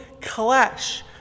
clash